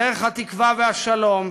דרך התקווה והשלום,